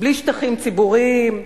בלי שטחים ציבוריים,